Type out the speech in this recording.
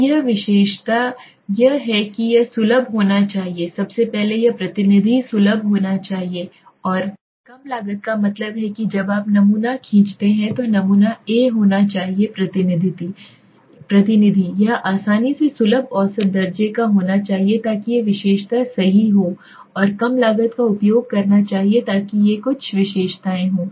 तो विशेषता यह है कि यह सुलभ होना चाहिए सबसे पहले यह प्रतिनिधि सुलभ होना चाहिए और कम लागत का मतलब है कि जब आप नमूना खींचते हैं तो नमूना ए होना चाहिए प्रतिनिधि यह आसानी से सुलभ औसत दर्जे का होना चाहिए ताकि ये विशेषता सही हों और कम लागत का उपभोग करना चाहिए ताकि ये कुछ विशेषताएं हों